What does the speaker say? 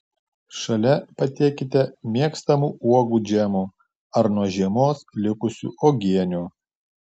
šalia patiekite mėgstamų uogų džemų ar nuo žiemos likusių uogienių